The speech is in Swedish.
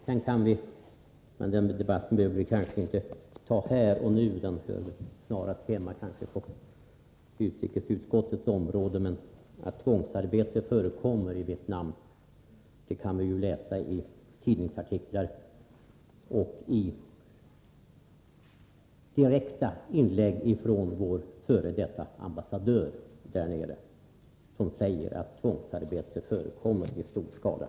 Sedan kan vi diskutera — men den debatten behöver vi kanske inte ta upp här och nu, för den hör väl snarast hemma inom utrikesutskottets område — att tvångsarbete förekommer i Vietnam. Det kan vi läsa i tidningsartiklar och i direkta inlägg från vår f. d. ambassadör där nere, som sagt att tvångsarbete förekommer i stor skala.